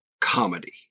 comedy